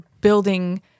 building